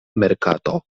merkato